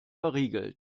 verriegelt